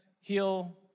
heal